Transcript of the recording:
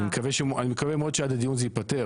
אני מקווה מאוד שעד הדיון זה ייפתר,